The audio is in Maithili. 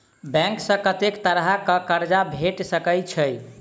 बैंक सऽ कत्तेक तरह कऽ कर्जा भेट सकय छई?